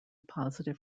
positive